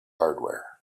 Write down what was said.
hardware